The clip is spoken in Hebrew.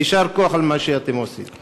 יישר כוח על מה שאתם עושים.